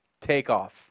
Takeoff